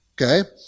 Okay